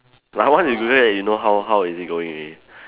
my one is great you know how how is it going already